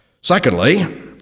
Secondly